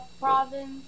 province